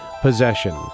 possession